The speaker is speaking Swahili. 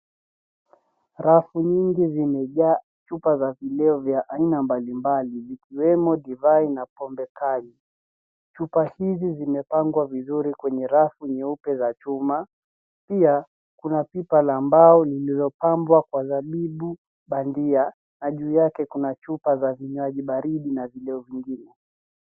Rafu nyingi zimejaa chupa za vileo vya aina mbali mbali zikiwemo divai na pombe kali. Chupa hizi zimepangwa vizuri kwenye rafu nyeupe za chuma pia kuna pipa la mbao liliopambwa kwa zabibu bandia na juu yake kuna chupa za vinywaji baridi na vileo vingine.